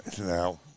now